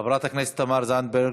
חברת הכנסת תמר זנדברג,